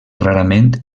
rarament